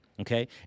okay